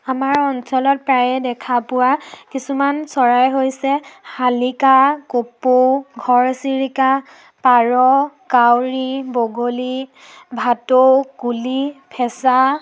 আমাৰ অঞ্চলত প্ৰায়ে দেখা পোৱা কিছুমান চৰাই হৈছে শালিকা কপৌ ঘৰচিৰিকা পাৰ কাউৰী বগলী ভাটৌ কুলি ফেঁচা